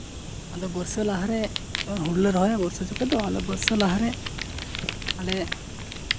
ᱟᱫᱚ ᱵᱚᱨᱥᱟ ᱞᱟᱦᱟᱨᱮ ᱡᱚᱠᱷᱚᱱ ᱦᱩᱲᱩ ᱞᱮ ᱨᱚᱦᱚᱭᱟ ᱵᱚᱨᱥᱟ ᱡᱚᱠᱷᱚᱱ ᱫᱚ ᱟᱞᱮ ᱵᱚᱨᱥᱟ ᱞᱟᱦᱟᱨᱮ ᱟᱞᱮ